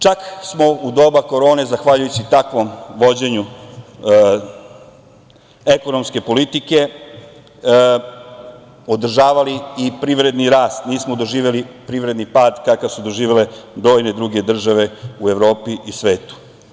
Čak smo u doba korone zahvaljujući takvom vođenju ekonomske politike održavali i privredni rast, nismo doživeli privredni pad kakav su doživele brojne druge države u Evropi i svetu.